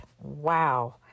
wow